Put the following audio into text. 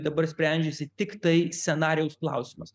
dabar sprendžiasi tiktai scenarijaus klausimas